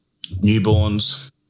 newborns